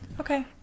Okay